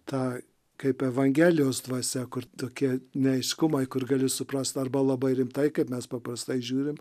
tą kaip evangelijos dvasia kur tokie neaiškumai kur gali suprast arba labai rimtai kaip mes paprastai žiūrim